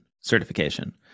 certification